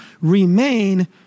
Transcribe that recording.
remain